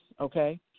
okay